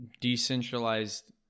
decentralized